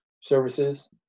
Services